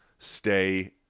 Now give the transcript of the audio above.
Stay